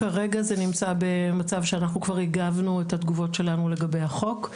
כרגע זה נמצא במצב שאנחנו כבר הגבנו את התגובות שלנו לגבי החוק.